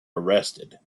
arrested